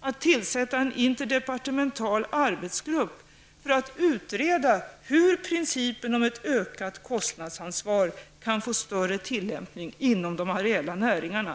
att tillsätta en interdepartemental arbetsgrupp som skall utreda hur principen om ett ökat kostnadsansvar kan få större tillämpning inom de areella näringarna.